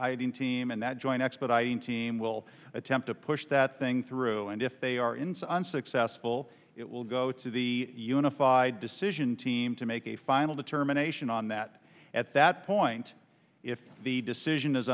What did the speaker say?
expedited team and that joint expediting team will attempt to push that thing through and if they are in sun successful it will go to the unified decision team to make a final determination on that at that point if the decision